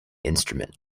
instrument